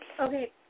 Okay